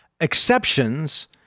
exceptions